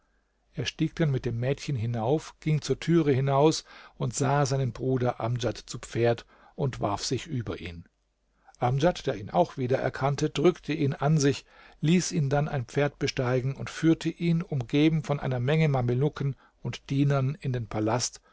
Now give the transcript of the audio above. er stieg dann mit dem mädchen hinauf ging zur türe hinaus und sah seinen bruder amdjad zu pferd und warf sich über ihn amdjad der ihn auch wieder erkannte drückte ihn an sich ließ ihn dann ein pferd besteigen und führte ihn umgeben von einer menge mamelucken und dienern in den palast